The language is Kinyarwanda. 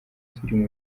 turi